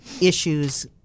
issues